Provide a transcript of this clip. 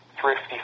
Thrifty